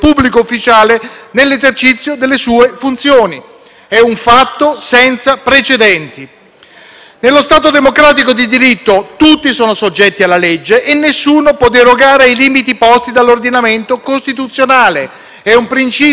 Nello Stato democratico e di diritto tutti sono soggetti alla legge e nessuno può derogare i limiti posti dall'ordinamento costituzionale: è un principio fondante delle democrazie, compresa la nostra. Secondo il principio di responsabilità,